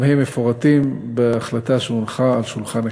גם הם מפורטים בהחלטה שהונחה על שולחן הכנסת.